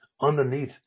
underneath